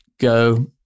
go